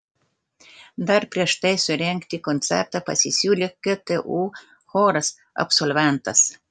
dar prieš tai surengti koncertą pasisiūlė ktu choras absolventas